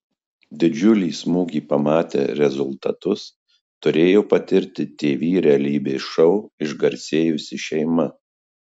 didžiulį smūgį pamatę rezultatus turėjo patirti tv realybės šou išgarsėjusi šeima